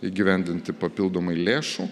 įgyvendinti papildomai lėšų